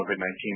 COVID-19